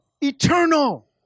Eternal